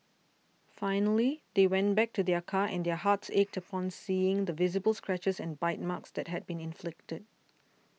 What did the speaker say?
finally they went back to their car and their hearts ached upon seeing the visible scratches and bite marks that had been inflicted